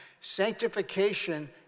Sanctification